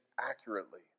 accurately